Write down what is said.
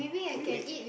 who you eat with